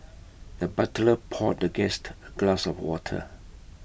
the butler poured the guest A glass of water